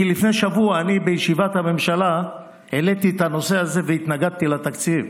כי לפני שבוע אני בישיבת הממשלה העליתי את הנושא הזה והתנגדתי לתקציב,